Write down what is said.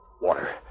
Water